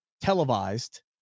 televised